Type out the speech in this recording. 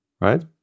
right